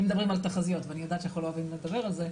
אם מדברים על תחזיות ואני יודעת שאנחנו לא אוהבים לדבר על זה,